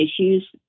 issues